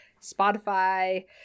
Spotify